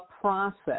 process